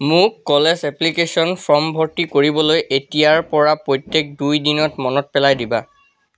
মোক college application form ভৰ্তি কৰিবলৈ এতিয়াৰ পৰা প্ৰত্যেক দুই দিনত মনত পেলাই দিবা